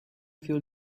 feel